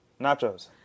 Nachos